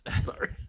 sorry